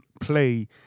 play